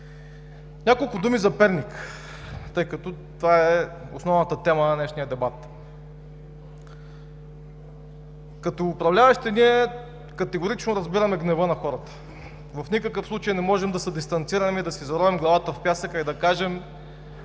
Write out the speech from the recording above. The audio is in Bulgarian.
Няколко думи за Перник, тъй като това е основната тема на днешния дебат. Като управляващи ние категорично разбираме гнева на хората. В никакъв случай не можем да се дистанцираме, да си заровим главата в пясъка и да кажем: